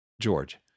George